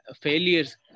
failures